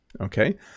Okay